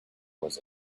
was